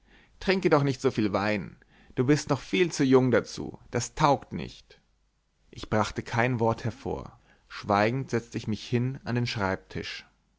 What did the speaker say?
trinke doch nicht so viel wein du bist noch viel zu jung dazu das taugt nicht ich brachte kein wort hervor schweigend setzte ich mich hin an den schreibtisch